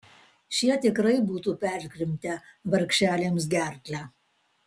šie tikrai būtų perkrimtę vargšelėms gerklę